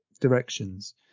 directions